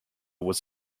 was